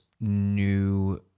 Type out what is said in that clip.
new